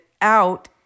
out